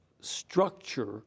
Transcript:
structure